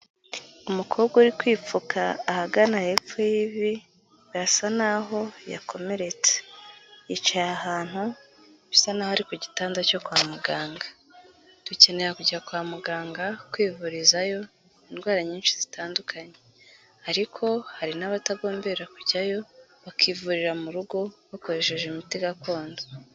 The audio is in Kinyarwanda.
Umukobwa uri kwipfuka ahagana hepfo y'ivi birasa naho yakomeretse, yicaye ahantu bisa naho ari ku gitanda cyo kwa muganga. Dukenera kujya kwa muganga kwivurizayo indwara nyinshi zitandukanye, ariko hari n'abatagombera kujyayo bakivurira mu rugo bakoresheje imiti gakondo.